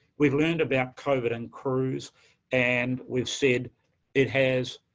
we've learned about covid and cruise and we've said it has,